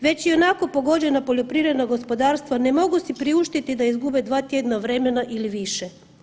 Već i onako pogođena poljoprivredna gospodarstva ne mogu si priuštiti da izgube 2 tjedna vremena ili više.